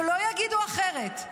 שלא יגידו אחרת.